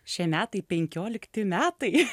šie metai penkiolikti metai